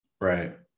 right